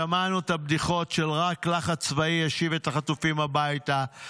שמענו את הבדיחות של רק לחץ צבאי ישיב את החטופים הביתה,